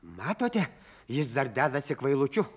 matote jis dar dedasi kvailučiu